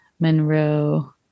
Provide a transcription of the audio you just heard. Monroe